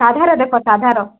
ସାଧାର ଦେଖ ସାଧାର